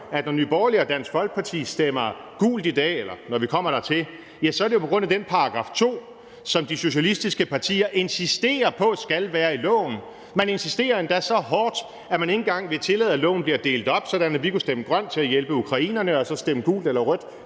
at når Nye Borgerlige og Dansk Folkeparti stemmer gult i dag, når vi kommer dertil, er det på grund af den § 2, som de socialistiske partier insisterer på skal være i loven. Man insisterer endda så hårdt, at man ikke engang vil tillade, at loven bliver delt op, sådan at vi kunne stemme grønt til at hjælpe ukrainerne og så stemme gult eller rødt